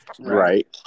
Right